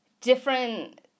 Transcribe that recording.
different